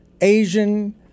Asian